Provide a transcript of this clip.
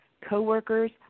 coworkers